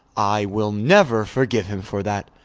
i will never forgive him for that.